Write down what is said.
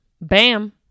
Bam